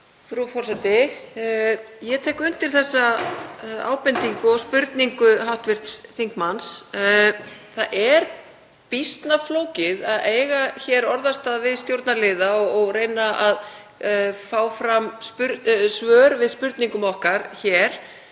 Frú forseti. Ég tek undir þessa ábendingu og spurningu hv. þingmanns. Það er býsna flókið að eiga orðastað við stjórnarliða og reyna að fá fram svör við spurningum okkar